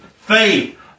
faith